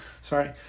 sorry